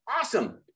Awesome